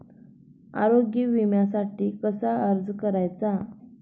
आरोग्य विम्यासाठी कसा अर्ज करायचा?